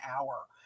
hour